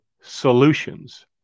Solutions